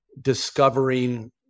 discovering